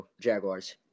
Jaguars